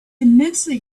immensely